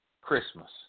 Christmas